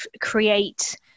create